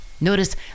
Notice